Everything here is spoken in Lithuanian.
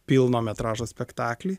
pilno metražo spektaklį